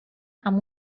amb